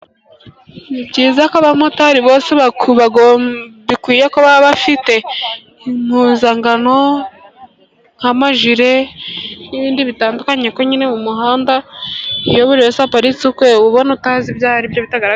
Ni byiza ko abamotari bose, bikwiye ko baba bafite impuzangano, nk'amajire n' bindi bitandukanye kuko nyine nko mu muhanda iyo buri wese aparitse, ukwe ubona utazi!!?!